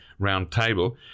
roundtable